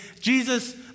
Jesus